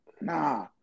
Nah